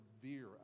severe